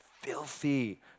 filthy